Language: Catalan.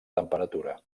temperatura